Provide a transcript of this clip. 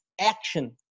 action